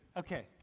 okay,